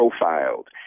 profiled